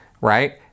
right